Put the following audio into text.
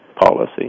policy